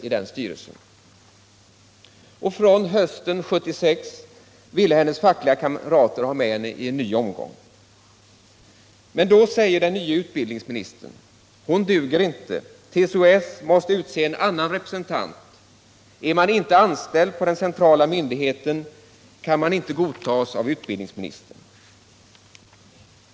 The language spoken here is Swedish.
Från hösten 1976 ville hennes fackliga kamrater ha henne med ien ny omgång. Men då säger den nye utbildningsministern: Hon duger inte, TCO-S måste utse en annan representant. Är man inte anställd hos den centrala myndigheten, kan man inte godtas av utbildningsministern.